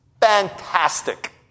Fantastic